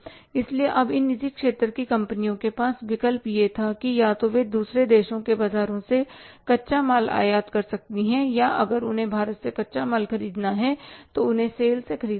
इसलिए अब इन निजी क्षेत्र की कंपनियों के पास विकल्प यह था कि या तो वे दूसरे देशों के बाजारों से कच्चा माल आयात कर सकती हैं या अगर उन्हें भारत से कच्चा माल खरीदना है तो उन्हें सेल से खरीदना होगा